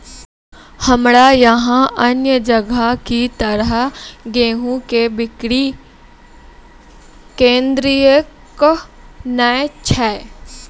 हमरा यहाँ अन्य जगह की तरह गेहूँ के बिक्री केन्द्रऽक नैय छैय?